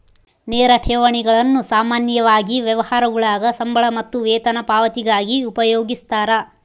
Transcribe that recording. ನೇರ ಠೇವಣಿಗಳನ್ನು ಸಾಮಾನ್ಯವಾಗಿ ವ್ಯವಹಾರಗುಳಾಗ ಸಂಬಳ ಮತ್ತು ವೇತನ ಪಾವತಿಗಾಗಿ ಉಪಯೋಗಿಸ್ತರ